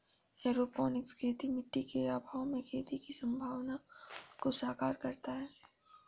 aeroponics खेती मिट्टी के अभाव में खेती की संभावना को साकार करता है